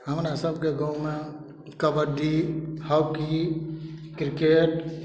हमरा सबके गाँवमे कबड्डी हॉकी क्रिकेट